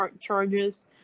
charges